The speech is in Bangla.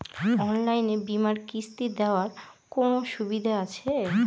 অনলাইনে বীমার কিস্তি দেওয়ার কোন সুবিধে আছে?